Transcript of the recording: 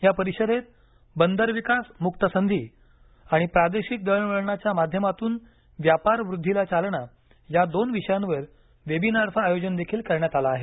या परिषदेत बंदर विकास मुक्त संधी आणि प्रादेशिक दळणवळणाच्या माध्यमातून व्यापारवृद्धीला चालना या दोन विषयांवर वेबिनारचं आयोजनदेखील करण्यात आलं आहे